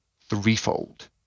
threefold